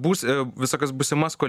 visokias būsimas koalicijas